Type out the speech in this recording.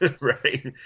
Right